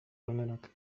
onenak